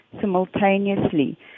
simultaneously